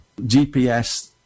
GPS